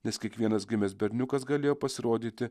nes kiekvienas gimęs berniukas galėjo pasirodyti